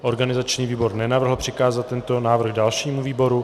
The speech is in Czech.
Organizační výbor nenavrhl přikázat tento návrh dalšímu výboru.